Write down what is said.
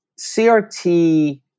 CRT